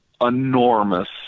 enormous